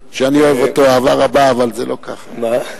שאני אוהב אותו אהבה רבה, אבל זה לא כך, מה?